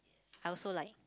I also like